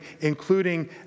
including